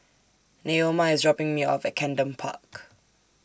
Neoma IS dropping Me off At Camden Park